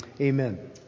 Amen